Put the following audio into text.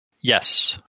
Yes